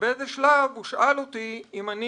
ובאיזה שהוא שלב הוא שאל אותי אם אני